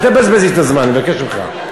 אל תבזבז לי את הזמן, אני מבקש ממך.